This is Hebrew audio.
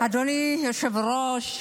אדוני היושב-ראש,